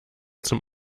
zum